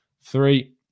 three